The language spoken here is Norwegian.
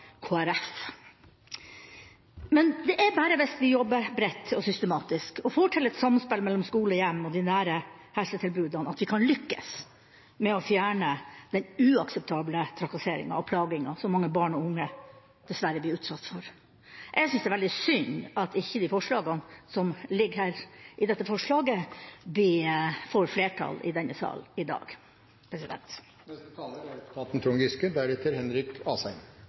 Det er bare hvis vi jobber bredt og systematisk og får til et samspill mellom skole, hjem og de nære helsetilbudene at vi kan lykkes med å fjerne den uakseptable trakasseringa og plaginga som mange barn og unge dessverre blir utsatt for. Jeg synes det er veldig synd at de forslagene som ligger i denne innstillinga, ikke får flertall i denne salen i dag.